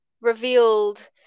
revealed